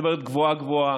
מדברת גבוהה-גבוהה.